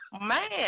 Man